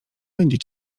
będzie